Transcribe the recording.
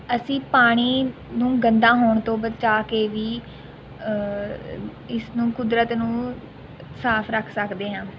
ਅਸੀਂ ਪਾਣੀ ਨੂੰ ਗੰਦਾ ਹੋਣ ਤੋਂ ਬਚਾ ਕੇ ਵੀ ਇਸਨੂੰ ਕੁਦਰਤ ਨੂੰ ਸਾਫ਼ ਰੱਖ ਸਕਦੇ ਹਾਂ